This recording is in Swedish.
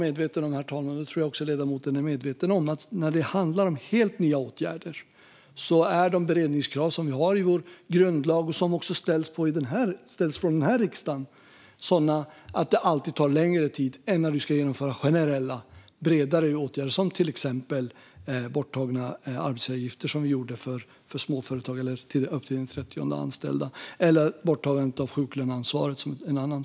Man ska dock vara medveten om att när det gäller helt nya åtgärder är de beredningskrav som vi har i vår grundlag, och som också ställs från den här riksdagen, sådana att det alltid tar längre tid än när man ska genomföra generella, bredare åtgärder som till exempel det borttagande av arbetsgivaravgifter upp till den 30:e anställda som vi genomförde eller borttagandet av sjuklöneansvaret.